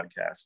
podcast